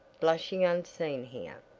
blushing unseen here.